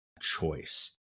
choice